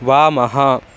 वामः